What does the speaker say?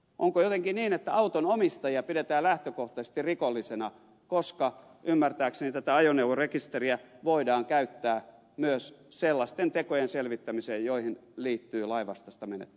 onko jotenkin niin että autonomistajia pidetään lähtökohtaisesti rikollisena koska ymmärtääkseni tätä ajoneuvorekisteriä voidaan käyttää myös sellaisten tekojen selvittämiseen joihin liittyy lainvastaista menettelyä